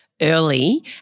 early